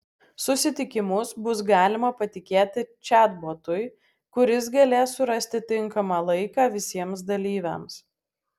susitikimus bus galima patikėti čatbotui kuris galės surasti tinkamą laiką visiems dalyviams